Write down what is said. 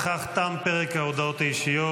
ובכך תם פרק ההודעות האישיות.